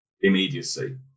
immediacy